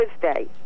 Thursday